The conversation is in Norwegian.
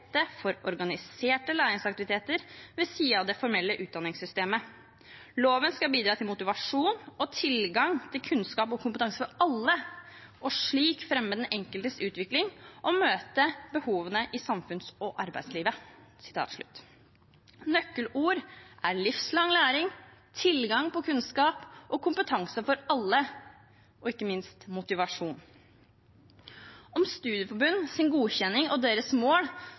for organiserte læringsaktiviteter ved siden av det formelle utdanningssystemet. Loven skal bidra til motivasjon og tilgang til kunnskap og kompetanse for alle, og slik fremme den enkeltes utvikling og møte behovene i samfunns- og arbeidslivet.» Nøkkelord er livslang læring, tilgang på kunnskap og kompetanse for alle, og ikke minst motivasjon. Om studieforbunds godkjenning og deres mål